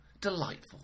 Delightful